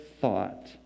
thought